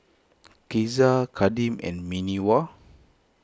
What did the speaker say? Caesar Kadeem and Minerva